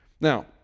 Now